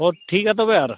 ᱦᱮᱸ ᱴᱷᱤᱠ ᱜᱮᱭᱟ ᱛᱚᱵᱮ ᱟᱨ